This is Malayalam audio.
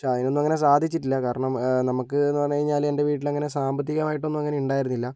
പക്ഷേ അതിനൊന്നും അങ്ങനെ സാധിച്ചിട്ടില്ല കാരണം നമ്മൾക്ക് എന്ന് പറഞ്ഞ് കഴിഞ്ഞാല് എൻ്റെ വീട്ടിൽ അങ്ങനെ സാമ്പത്തികമായിട്ടൊന്നും അങ്ങനെ ഉണ്ടായിരുന്നില്ല